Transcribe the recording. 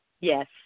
Yes